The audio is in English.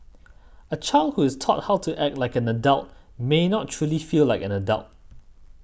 a child who is taught how to act like an adult may not truly feel like an adult